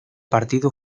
partido